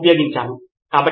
professor అవును అది మంచిది